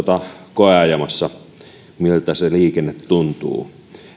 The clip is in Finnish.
koeajamassa miltä se liikenne tuntuu